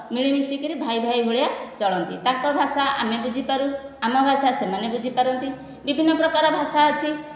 ମିଳିମିଶିକରି ଭାଇ ଭାଇ ଭଳିଆ ଚଳନ୍ତି ତାଙ୍କ ଭାଷା ଆମେ ବୁଝିପାରୁ ଆମ ଭାଷା ସେମାନେ ବୁଝିପାରନ୍ତି ବିଭିନ୍ନ ପ୍ରକାର ଭାଷା ଅଛି